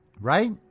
right